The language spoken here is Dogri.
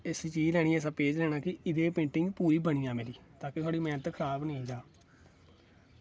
एह्दी चीज लैनी ऐसा पेज लैना कि एह्दी पेंटिंग बनी जा मेरी पूरी तां की साढ़ी मैह्नत खराब नेईं जा